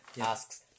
asks